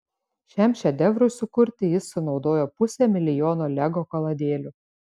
šiam šedevrui sukurti jis sunaudojo pusę milijono lego kaladėlių